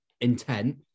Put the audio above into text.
intent